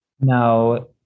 Now